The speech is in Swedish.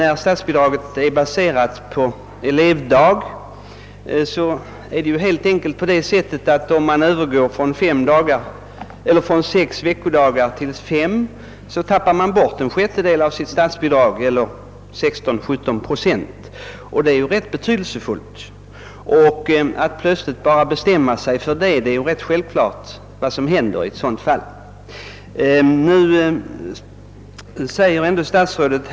Enär statsbidraget baseras på antalet elevdagar tappar man helt enkelt bort en sjättedel av statsbidraget, d.v.s. 16—17 procent, vid övergång från sexdagarsvecka till femdagarsvecka. Detta är självklart vad som händer i ett sådant fall, och det är ju rätt betydelsefullt.